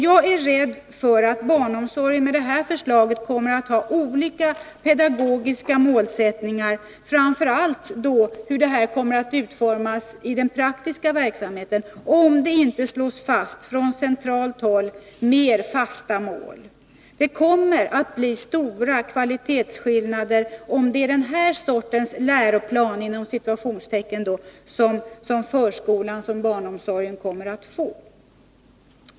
Jag är rädd för att man med detta förslag kommer att få olika pedagogiska målsättningar för barnomsorgen, framför allt när det gäller den praktiska verksamheten, om man inte från centralt håll ställer upp mer fasta mål. Det kommer att bli stora kvalitetsskillnader, om det är denna sorts ”läroplan” som förskolan skall få.